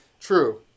True